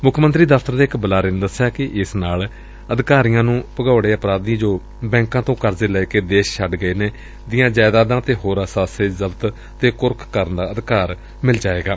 ਮੁੱਖ ਮੰਤਰੀ ਦਫ਼ਤਰ ਦੇ ਇਕ ਬੁਲਾਰੇ ਨੇ ਦਸਿਆ ਕਿ ਇਸ ਨਾਲ ਅਧਿਕਾਰੀਆਂ ਨੁੰ ਭਗੌੜੇ ਅਪਰਾਧੀਆਂ ਜੋ ਬੈਂਕਾਂ ਤੋਂ ਕਰਜੇ ਲੈ ਕੇ ਦੇਸ਼ ਛੱਡ ਗਏ ਨੇ ਦੀਆਂ ਜਾਇਦਾਦਾਂ ਅਤੇ ਹੋਰ ਅਸਾਧੇ ਜ਼ਬਤ ਤੇ ਕੁਰਕ ਕਰਨ ਦਾ ਅਧਿਕਾਰ ਮਿਲ ਜਾਏਗਾ